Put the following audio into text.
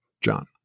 John